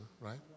right